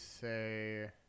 say